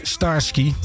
Starsky